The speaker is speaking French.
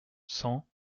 cent